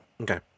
Okay